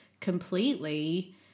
completely